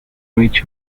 reach